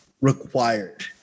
required